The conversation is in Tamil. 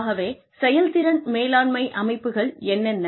ஆகவே செயல்திறன் மேலாண்மை அமைப்புகள் என்னென்ன